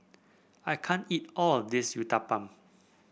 I can't eat all of this Uthapam